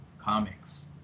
comics